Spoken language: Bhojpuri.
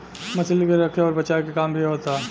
मछली के रखे अउर बचाए के काम भी होता